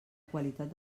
qualitat